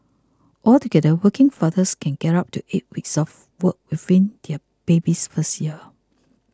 altogether working fathers can get up to eight weeks off work within their baby's first year